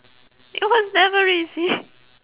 it was never easy